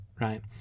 right